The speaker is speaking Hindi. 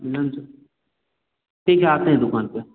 ठीक है आते हैं दुकान पर